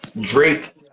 Drake